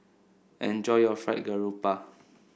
enjoy your Fried Garoupa